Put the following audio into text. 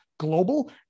Global